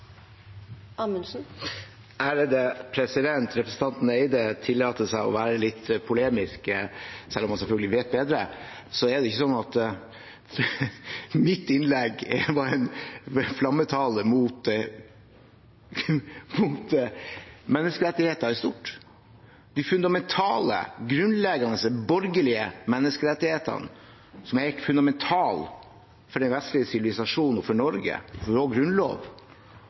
Representanten Petter Eide tillater seg å være litt polemisk. Selv om han selvfølgelig vet bedre, er det ikke sånn at mitt innlegg var en flammetale mot menneskerettigheter i stort. De grunnleggende, borgerlige menneskerettighetene som er helt fundamentale for den vestlige sivilisasjon, for Norge og for vår grunnlov,